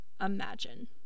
imagine